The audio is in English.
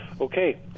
Okay